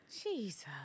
Jesus